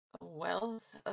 wealth